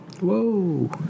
Whoa